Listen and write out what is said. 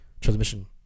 transmission